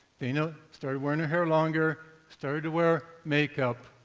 dana started wearing her hair longer, started to wear make-up,